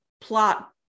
plot